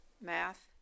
math